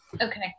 Okay